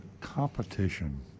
competition